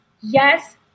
Yes